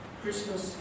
Christmas